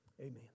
Amen